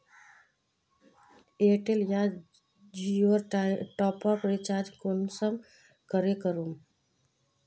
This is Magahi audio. एयरटेल या जियोर टॉपअप रिचार्ज कुंसम करे करूम?